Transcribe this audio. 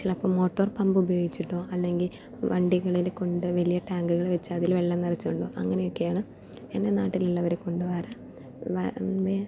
ചിലപ്പോൾ motor pump ഉപയോഗിച്ചിട്ടോ അല്ലെങ്കിൽ വണ്ടികളിൽ കൊണ്ട് വലിയ ടാങ്കുകൾ വെച്ച് അതിൽ വെള്ളം നിറച്ചു കൊണ്ടോ അങ്ങനെയൊക്കെയാണ് എൻ്റെ നാട്ടിലുള്ളവരെ കൊണ്ടു വരാ